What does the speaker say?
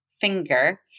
finger